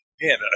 Man